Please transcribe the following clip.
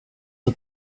att